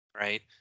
right